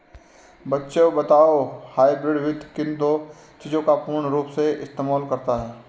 बच्चों बताओ हाइब्रिड वित्त किन दो चीजों का पूर्ण रूप से इस्तेमाल करता है?